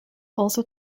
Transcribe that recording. also